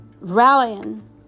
Rallying